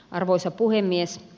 arvoisa puhemies